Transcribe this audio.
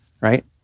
right